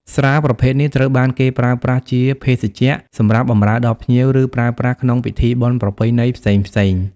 ស្រាប្រភេទនេះត្រូវបានគេប្រើប្រាស់ជាភេសជ្ជៈសម្រាប់បម្រើដល់ភ្ញៀវ ឬប្រើប្រាស់ក្នុងពិធីបុណ្យប្រពៃណីផ្សេងៗ។